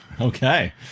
Okay